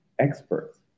experts